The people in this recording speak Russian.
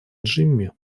джимми